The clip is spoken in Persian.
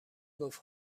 گفت